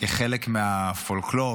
כחלק מהפולקלור,